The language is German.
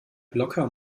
locker